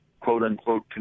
quote-unquote